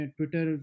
Twitter